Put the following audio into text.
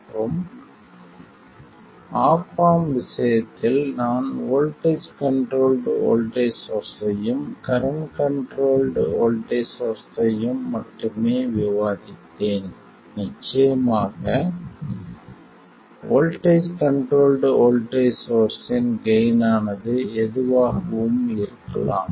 மற்றும் op amp விஷயத்தில் நான் வோல்ட்டேஜ் கண்ட்ரோல்ட் வோல்ட்டேஜ் சோர்ஸ்ஸையும் கரண்ட் கண்ட்ரோல்ட் வோல்ட்டேஜ் சோர்ஸ்ஸையும் மட்டுமே விவாதித்தேன் நிச்சயமாக வோல்ட்டேஜ் கண்ட்ரோல்ட் வோல்ட்டேஜ் சோர்ஸ் இன் கெய்ன் ஆனது எதுவாகவும் இருக்கலாம்